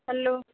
hello